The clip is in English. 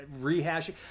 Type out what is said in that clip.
rehashing